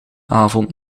avond